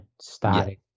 starting